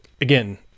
again